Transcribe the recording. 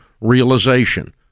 realization